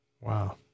Wow